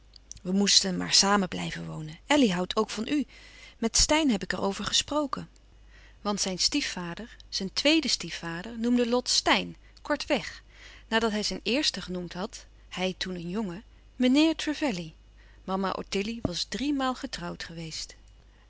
we moesten maar samen blijven wonen elly houdt ook van u met steyn heb ik er over gesproken want zijn stiefvader zijn twéeden stiefvader noemde lot steyn kort weg nadat hij zijn eersten genoemd had hij toen een jongen meneer trevelley mama ottilie was driemaal getrouwd geweest